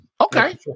Okay